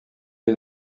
est